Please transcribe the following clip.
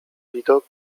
widok